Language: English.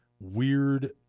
weird